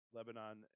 Lebanon